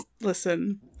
listen